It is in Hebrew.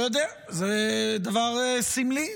אני לא יודע, זה דבר סמלי.